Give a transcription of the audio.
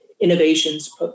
innovations